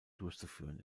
durchzuführen